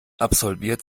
absolviert